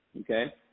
Okay